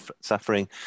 suffering